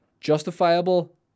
justifiable